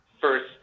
first